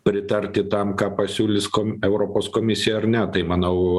pritarti tam ką pasiūlys europos komisija ar ne tai manau